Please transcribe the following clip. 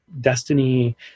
destiny